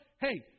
Hey